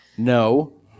No